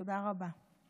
תודה רבה.